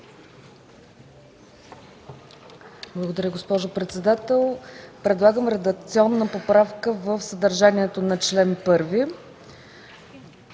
Благодаря, госпожо председател. Предлагам редакционна поправка в съдържанието на чл.